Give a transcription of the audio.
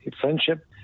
friendship